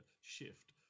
shift